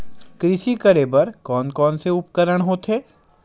कृषि करेबर कोन कौन से उपकरण होथे?